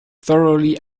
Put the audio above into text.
thoroughly